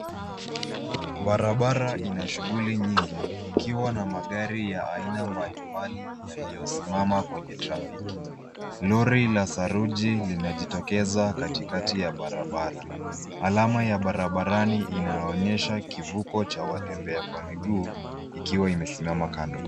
Barabara ina shughuli nyingi ikiwa na magari ya aina mbalimbali yaliyosimama kwenye trafiki. Lori la saruji linajitokeza katikati ya barabara. Alama ya barabarani inaonyesha kivuko cha watembea kwa miguu ikiwa imesimama kando.